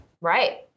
Right